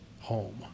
home